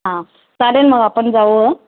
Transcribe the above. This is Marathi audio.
हां चालेल मग आपण जाऊ